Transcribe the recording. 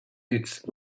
its